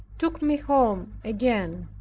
took me home again.